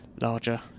larger